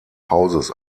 hauses